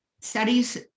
studies